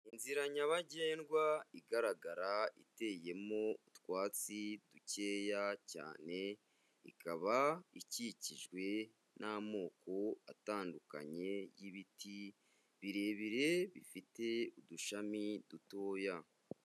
Inzira nyabagendwa igaragara iteyemo utwatsi dukeya cyane, ikaba ikikijwe n'amoko atandukanye y'ibiti birebire bifite udushami dutoya.